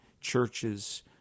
churches